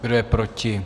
Kdo je proti?